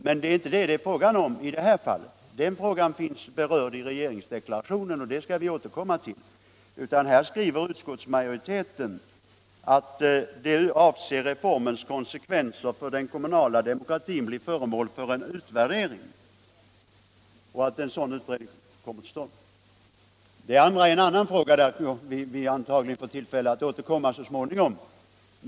Men det är inte fråga om det i det här fallet — den frågan finns berörd i regeringsdeklarationen, och det kan vi återkomma till — utan här gäller det att utskottsmajoriteten skriver att reformens konsekvenser för den kommunala demokratin bör bli föremål för en utvärdering. Det andra är en annan fråga, där vi antagligen får tillfälle att återkomma så småningom.